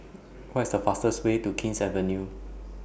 What IS The fastest Way to King's Avenue